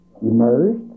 immersed